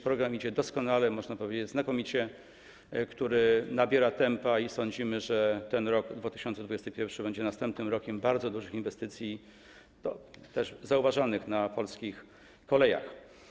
Program idzie doskonale, można powiedzieć: znakomicie, nabiera tempa, i sądzimy, że rok 2021 będzie następnym rokiem bardzo dużych inwestycji zauważanych na polskich kolejach.